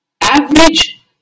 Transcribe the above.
average